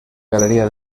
galería